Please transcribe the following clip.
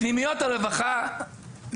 פנימיית הרווחה,